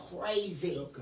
crazy